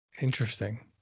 Interesting